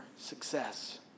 success